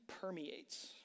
permeates